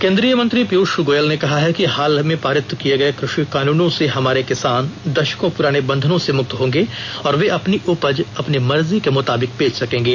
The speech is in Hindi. केन्द्रीय मंत्री पीयूष गोयल ने कहा कि हाल में पारित किए गए कृषि कानूनों से हमारे किसान दशकों पुराने बंधनों से मुक्त होंगे और वे अपनी उपज अपनी मर्जी के मुताबिक बेच सकेंगे